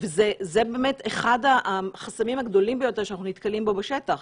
וזה באמת אחד החסמים הגדולים ביותר שאנחנו נתקלים בו בשטח.